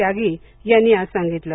त्यागी यांनी आज सांगितलं